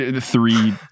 three